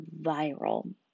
viral